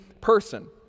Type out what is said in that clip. person